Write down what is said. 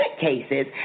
cases